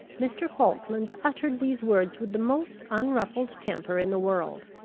mr. falkland uttered these words with the most unruffled temper in the world.